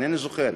אינני זוכר,